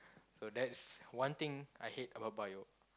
so that's one thing I hate about bio